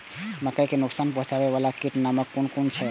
मके के नुकसान पहुँचावे वाला कीटक नाम कुन कुन छै?